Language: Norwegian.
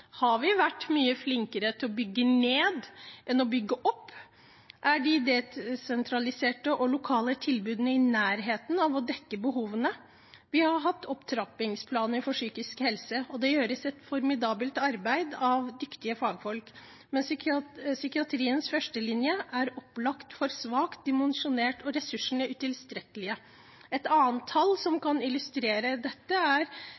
Har det gått for langt? Har vi vært mye flinkere til å bygge ned enn til å bygge opp? Er de desentraliserte og lokale tilbudene i nærheten av å dekke behovene? Vi har hatt opptrappingsplaner for psykisk helse, og det gjøres et formidabelt arbeid av dyktige fagfolk. Men psykiatriens førstelinje er opplagt for svakt dimensjonert og ressursene utilstrekkelige. Et annet tall som kan illustrere dette, er